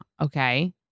Okay